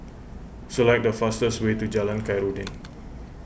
select the fastest way to Jalan Khairuddin